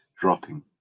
dropping